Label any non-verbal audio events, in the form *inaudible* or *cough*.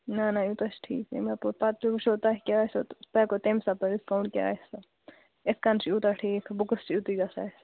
نَہ نَہ یوٗتاہ چھُ ٹھیٖک امہِ اپور تُہۍ وٕچھِو تۄہہِ کیٛاہ آسوٕ تہٕ سُہ ہیکو تمی ساتہٕ کٔرِتھ فون کیٛاہ آسوٕ اِتھۍ کٔنۍ چھُ یوٗتاہ ٹھیٖک بہٕ کُس *unintelligible*